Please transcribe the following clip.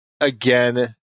again